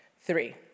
Three